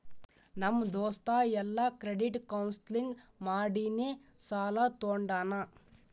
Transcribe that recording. ನಮ್ ದೋಸ್ತ ಎಲ್ಲಾ ಕ್ರೆಡಿಟ್ ಕೌನ್ಸಲಿಂಗ್ ಮಾಡಿನೇ ಸಾಲಾ ತೊಂಡಾನ